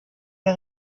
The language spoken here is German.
der